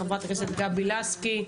חברת הכנסת גבי לסקי,